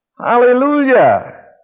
Hallelujah